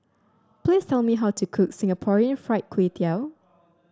please tell me how to cook Singapore Fried Kway Tiao